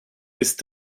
ist